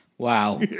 Wow